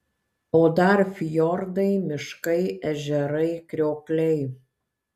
o dar fjordai miškai ežerai kriokliai